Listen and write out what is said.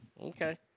Okay